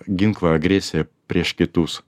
ginklą agresiją prieš kitus